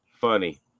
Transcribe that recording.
Funny